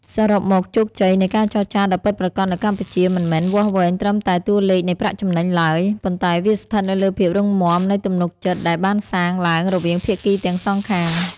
សរុបមក ជោគជ័យនៃការចរចាដ៏ពិតប្រាកដនៅកម្ពុជា មិនមែនវាស់វែងត្រឹមតែតួលេខនៃប្រាក់ចំណេញឡើយ ប៉ុន្តែវាស្ថិតនៅលើភាពរឹងមាំនៃទំនុកចិត្តដែលបានសាងឡើងរវាងភាគីទាំងសងខាង។